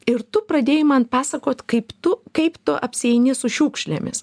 ir tu pradėjai man pasakot kaip tu kaip tu apsieini su šiukšlėmis